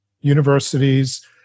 universities